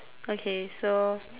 okay so